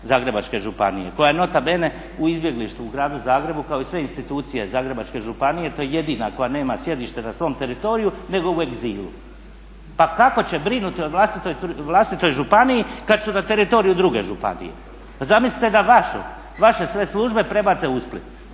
Zagrebačke županije koja je nota bene u izbjeglištvu u Gradu Zagrebu kao i sve institucije Zagrebačke županije. To je jedina koja nema sjedište na svom teritoriju nego u egzilu. Pa kako će brinuti o vlastitoj županiji kad su na teritoriju druge županije? Zamislite da vaše sve službe prebace u Split,